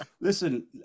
Listen